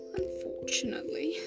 unfortunately